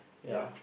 ya